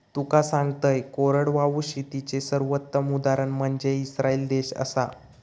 तुका सांगतंय, कोरडवाहू शेतीचे सर्वोत्तम उदाहरण म्हनजे इस्राईल देश आसा